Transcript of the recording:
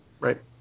Right